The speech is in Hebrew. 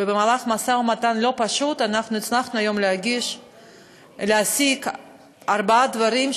ובמשא-ומתן לא פשוט הצלחנו היום להשיג ארבעה דברים,